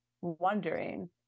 wondering